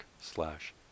slash